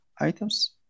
items